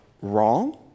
wrong